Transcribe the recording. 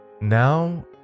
Now